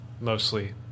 mostly